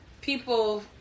people